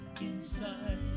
Inside